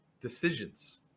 decisions